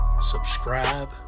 subscribe